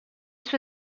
sue